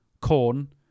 corn